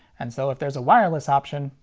and so if there's a wireless option,